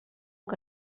que